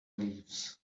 leaves